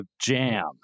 jam